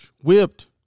whipped